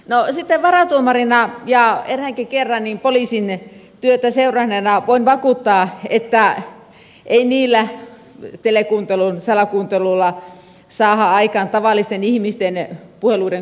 no sitten varatuomarina ja eräänkin kerran poliisin työtä seuranneena voin vakuuttaa että ei telekuuntelulla salakuuntelulla saada aikaan tavallisten ihmisten puheluiden kuuntelua